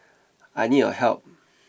I need your help